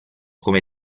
come